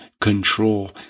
control